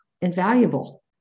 Invaluable